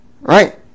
Right